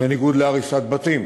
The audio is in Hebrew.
בניגוד להריסת בתים,